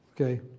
okay